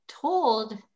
told